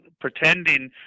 Pretending